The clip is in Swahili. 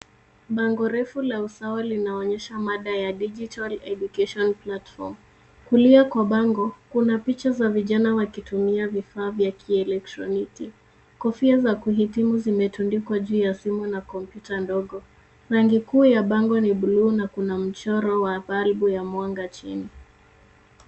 Bango refu la usawa linaonyesha mada ya Digital Education Platform . Kulia kwa bango kuna picha za vijana wakitumia vifaa vya kielektroniki. Kofia za kuhitimu zimetundikwa juu ya simu na kompyuta ndogo. Rangi kuu ya bango ni blue na kuna mchoro wa balbu ya mwanga chini.